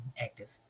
active